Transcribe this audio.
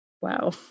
Wow